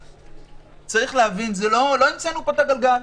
צריך להבין, לא המצאנו פה את הגלגל.